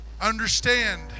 understand